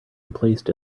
emplaced